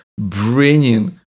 bringing